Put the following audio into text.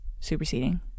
superseding